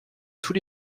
tous